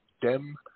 dem